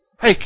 Hey